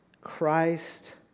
Christ